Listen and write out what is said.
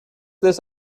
this